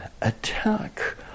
attack